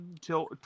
till